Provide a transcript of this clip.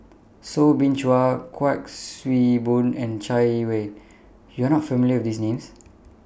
Soo Bin Chua Kuik Swee Boon and Chai Yee Wei YOU Are not familiar with These Names